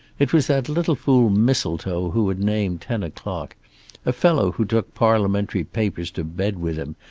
it was that little fool mistletoe who had named ten o'clock a fellow who took parliamentary papers to bed with him,